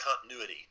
continuity